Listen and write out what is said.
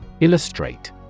Illustrate